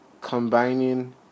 combining